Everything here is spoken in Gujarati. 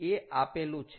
એ આપેલું છે